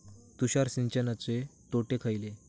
तुषार सिंचनाचे तोटे खयले?